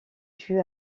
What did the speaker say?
due